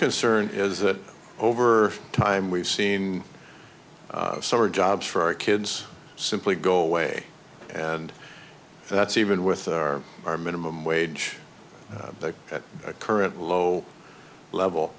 concern is that over time we've seen summer jobs for our kids simply go away and that's even with our minimum wage the current low level